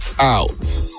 Out